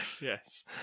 Yes